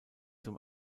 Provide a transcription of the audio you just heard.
zum